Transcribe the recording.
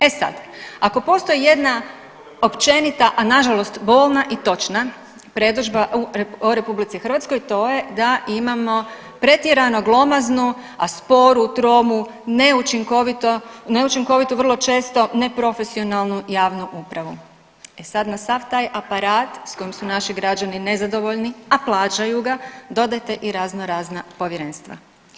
E sad ako postoji jedna općenita, a nažalost bolna i točna predodžba o RH to je da imamo pretjerano glomaznu, a sporu, tromu, neučinkovitu, vrlo često neprofesionalnu javnu upravu, e sad na sav taj aparat s kojim su naši građani nezadovoljni, a plaćaju ga, dodajte i razno razna povjerenstva.